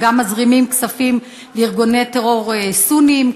הם גם מזרימים כספים לארגוני טרור סוניים,